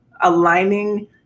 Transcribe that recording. aligning